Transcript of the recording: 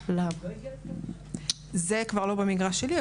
זה כבר לא במגרש שלי,